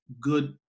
good